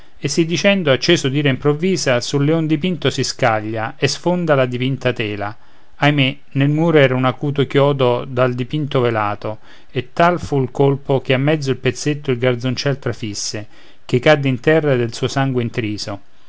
e sì dicendo acceso d'ira improvvisa sul leon dipinto si scaglia e sfonda la dipinta tela ahimè nel muro era un acuto chiodo dal dipinto velato e tal fu il colpo che a mezzo il petto il garzoncel trafisse ch'ei cadde in terra del suo sangue intriso